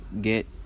get